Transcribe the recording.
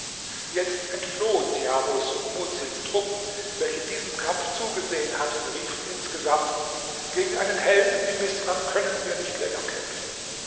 jetzt entfloh djamus und mudsils truppen welche diesem kampf zugesehen hatten riefen insgesamt gegen einen helden wie misram können wir nicht länger kämpfen